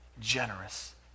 generous